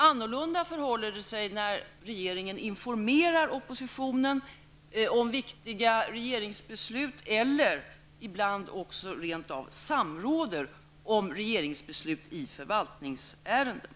På ett annat sätt förhåller det sig när regeringen informerar oppositionen om viktiga regeringsbeslut eller ibland också rent av samråder om regeringsbeslut i förvaltningsärenden.